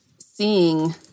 seeing